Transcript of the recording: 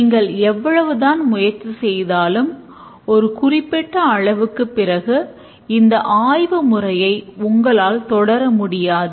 நீங்கள் எவ்வளவுதான் முயற்சி செய்தாலும் ஒரு குறிப்பிட்ட அளவுக்கு பிறகு இந்த ஆய்வு முறையை உங்களால் தொடர முடியாது